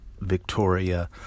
Victoria